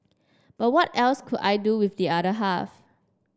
but what else could I do with the other half